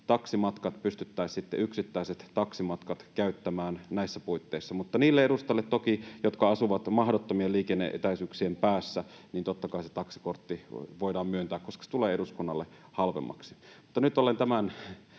pystyttäisiin käyttämään näissä puitteissa, mutta niille edustajille, jotka asuvat mahdottomien liikenne-etäisyyksien päässä, toki se taksikortti voidaan myöntää, koska se tulee eduskunnalle halvemmaksi. Nyt olen tämän